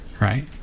Right